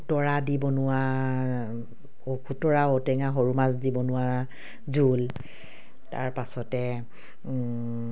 খুতৰা দি বনোৱা খুতৰা ঔটেঙা সৰু মাছ দি বনোৱা জোল তাৰ পাছতে